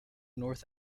north